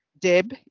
Deb